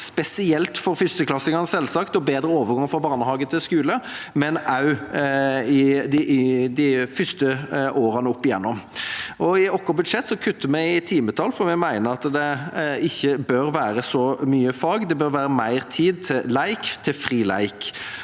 spesielt for førsteklassingene og bedre overgang fra barnehage til skole, men også de første årene og opp gjennom. I vårt budsjett kutter vi i timetall, for vi mener at det ikke bør være så mye fag. Det bør være mer tid til fri lek.